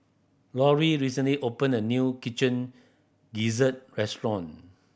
Laurie recently opened a new kitchen gizzard restaurant